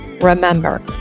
Remember